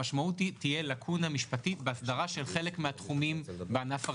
המשמעות תהיה לקונה משפטית בהסדרה של חלק מן התחומים בענף הרכב,